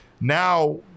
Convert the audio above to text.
now